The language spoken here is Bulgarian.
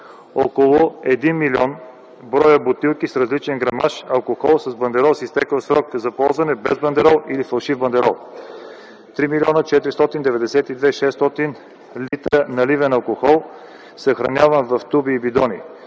около 1 млн. броя бутилки с различен грамаж, алкохол с бандерол с изтекъл срок за ползване, без бандерол или с фалшив бандерол; - 3 млн. 492 хил. 600 литра наливен алкохол, съхраняван в туби и бидони;